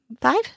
five